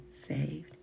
saved